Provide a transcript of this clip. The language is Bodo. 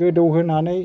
गोदौ होनानै